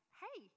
hey